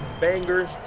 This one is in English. bangers